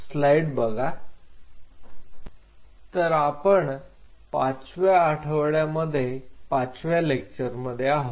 तर आपण पाचव्या आठवड्यामध्ये पाचव्या लेक्चर मध्ये आहोत